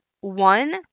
one